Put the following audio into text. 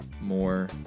more